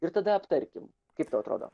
ir tada aptarkim kaip tau atrodo